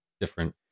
different